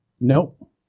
Nope